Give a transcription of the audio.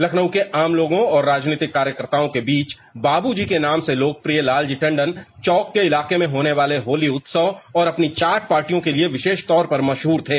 लखनऊ के आम लोगों और राजनीतिक कार्यकर्ताओं के बीच बाबूजी के नाम से लोकप्रिय लालजी टंडन चौक के इलाके में हाने वाले होली उत्सवं और अपनी चार पार्टियों के लिए विशेष तौर पर मशहूर थे